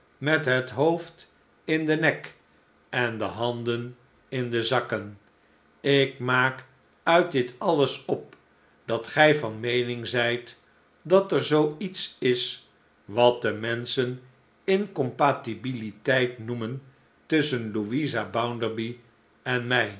met het hoofd in den nek en de handen in de zakken ik maak uit dit alles op dat gij van meening zijt dat er zoo iets is wat de menschen incompatibiliteit noemen tusschen louisa bounderby en mij